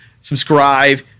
subscribe